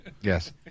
Yes